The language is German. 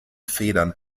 federn